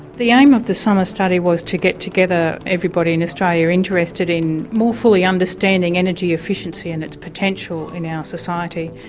the aim of the summer study was to get together everybody in australia interested in more fully understanding energy efficiency and its potential in our society.